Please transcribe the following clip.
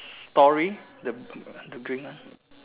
story the the green one